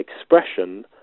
expression